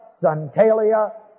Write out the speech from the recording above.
santalia